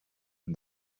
and